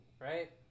right